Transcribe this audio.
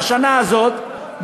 בשנה הזאת,